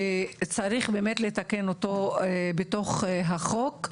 שצריך באמת לתקן אותו בתוך החוק,